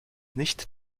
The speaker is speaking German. nicht